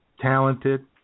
Talented